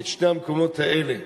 את שני המקומות האלה